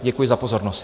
Děkuji za pozornost.